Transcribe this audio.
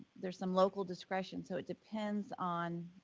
there's some local discretion, so it depends on